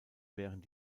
während